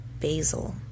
basil